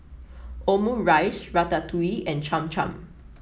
Omurice Ratatouille and Cham Cham